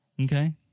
Okay